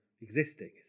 existing